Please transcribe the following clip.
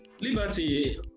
Liberty